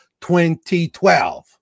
2012